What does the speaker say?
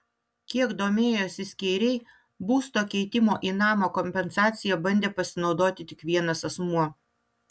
kiek domėjosi skeiriai būsto keitimo į namą kompensacija bandė pasinaudoti tik vienas asmuo